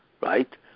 right